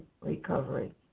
recovery